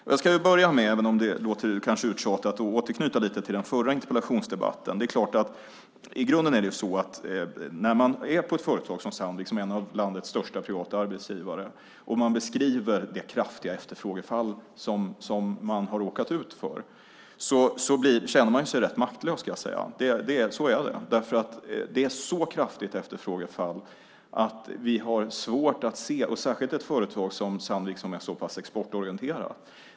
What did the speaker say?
Jag ska, även om det kanske låter uttjatat, börja med att återknyta lite till den förra interpellationsdebatten. Det är klart att det i grunden är så att när man är på ett företag som Sandvik, som är en av landets största privata arbetsgivare, och de beskriver det kraftiga efterfrågefall som de har råkat ut för känner man sig rätt maktlös. Så är det. Det är ett mycket kraftigt efterfrågefall, särskilt för ett företag som Sandvik som är så pass exportorienterat.